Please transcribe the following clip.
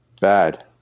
Bad